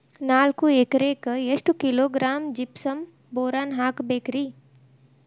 ನಾಲ್ಕು ಎಕರೆಕ್ಕ ಎಷ್ಟು ಕಿಲೋಗ್ರಾಂ ಜಿಪ್ಸಮ್ ಬೋರಾನ್ ಹಾಕಬೇಕು ರಿ?